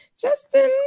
Justin